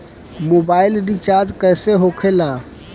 Mobile recharge कैसे होखे ला?